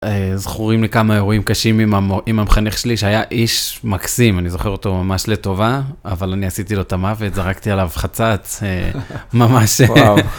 אה... זכורים לי כמה אירועים קשים עם המור.. עם המחנך שלי, שהיה איש מקסים, אני זוכר אותו ממש לטובה, אבל אני עשיתי לו את המוות, זרקתי עליו חצץ, ממש אה... וואו.